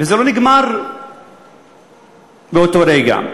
וזה לא נגמר באותו רגע.